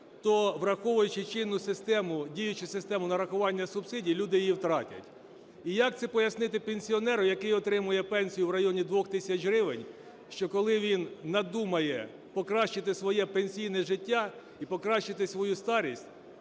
то враховуючи чинну систему, діючу систему нарахування субсидій, люди її втратять. І як це пояснити пенсіонеру, який отримує пенсію в районі 2 тисяч гривень, що коли він надумає покращити своє пенсійне життя і покращити свою старість,